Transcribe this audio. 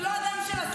--- זה לא הדם של השר?